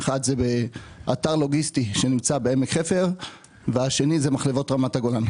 אחד זה באתר לוגיסטי שנמצא בעמק חפר והשני זה מחלבות רמת הגולן.